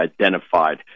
identified